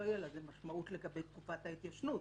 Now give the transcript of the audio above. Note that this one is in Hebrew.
יהיה לזה משמעות לגבי תקופת ההתיישנות,